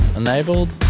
enabled